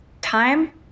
time